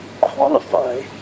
qualify